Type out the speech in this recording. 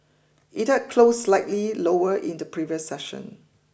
it had closed slightly lower in the previous session